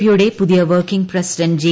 P യുടെ പുതിയ working president J